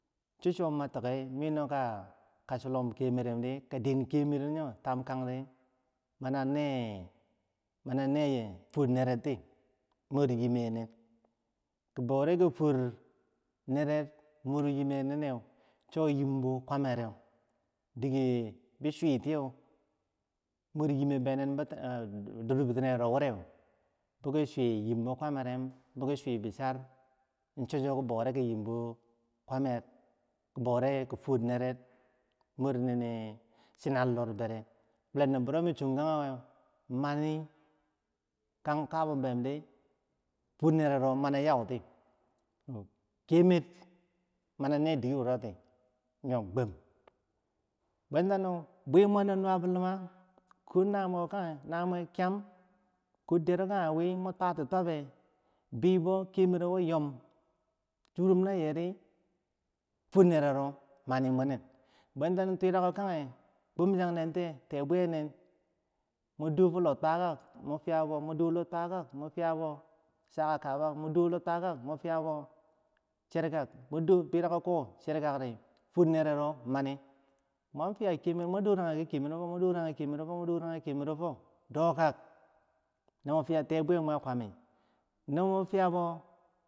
cho- cho, mat tokaye, kachilom kemerdi mane, manane fwronererti, ki baureki fwornerer dorbi tinero woreu, biki swiyimbo nabi bidom, wilo dochedi fwor herero an wi ka chilom kemerem tabtang mula kulen do bero mi chongeye na mananage gwamdi fwor nerenro mini a yauti, sarisak, kaye tabwiye kwamer, di, chodike ne fwornerer tiye, ka kemetdi, kemero, nenin fworneren, chodike mi tokmiki kemero mini a ten digorori gwamme, cho- choro mi keye na woronye, kange me kakowidi, meten no muke ma tokkenti dor bimeret ro mu, medi nayoyen kang nami tokkenti, miki tokki na woroye mi fwelleno, no nawiye kanye bwayila ri, dike ke baure ki fwornere mwur yim bauninen cho dike ma chonkayi ke kabau, bwe, wiri, fwornero wi, charito wiri, fwornero wi gwam.